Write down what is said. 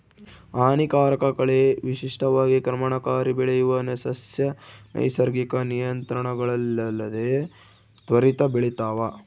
ಹಾನಿಕಾರಕ ಕಳೆ ವಿಶಿಷ್ಟವಾಗಿ ಕ್ರಮಣಕಾರಿ ಬೆಳೆಯುವ ಸಸ್ಯ ನೈಸರ್ಗಿಕ ನಿಯಂತ್ರಣಗಳಿಲ್ಲದೆ ತ್ವರಿತ ಬೆಳಿತಾವ